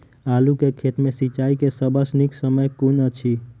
आलु केँ खेत मे सिंचाई केँ सबसँ नीक समय कुन अछि?